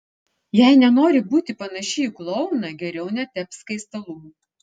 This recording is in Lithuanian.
jei nenori būti panaši į klouną geriau netepk skaistalų